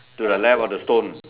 to the left of the stone